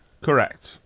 Correct